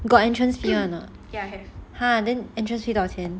got entrance fee or not !huh! then entrance fee 多少钱